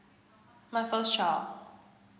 my first child